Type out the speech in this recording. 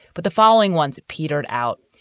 but the following ones petered out.